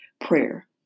prayer